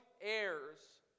heirs